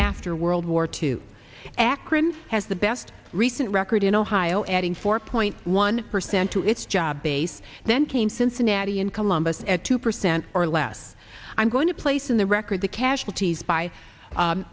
after world war two akron has the best recent record in ohio adding four point one percent to its job base then came cincinnati and columbus at two percent or less i'm going to place in the record the casualties by